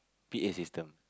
P_A system